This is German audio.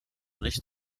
nicht